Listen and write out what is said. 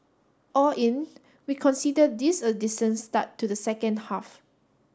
all in we consider this a decent start to the second half